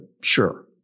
Sure